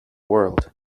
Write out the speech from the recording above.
world